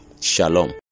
Shalom